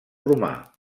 romà